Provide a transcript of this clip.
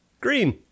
green